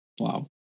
wow